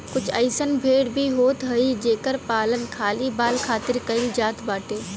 कुछ अइसन भेड़ भी होत हई जेकर पालन खाली बाल खातिर कईल जात बाटे